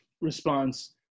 response